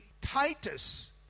Titus